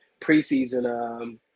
preseason